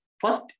first